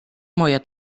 moja